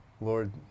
Lord